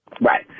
Right